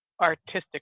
artistic